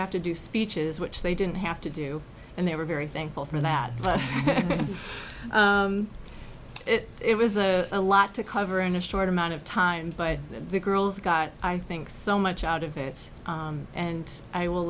have to do speeches which they didn't have to do and they were very thankful for that but it was a lot to cover in a short amount of time but the girls got i think so much out of it and i will